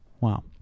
Wow